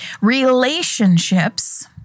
Relationships